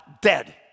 dead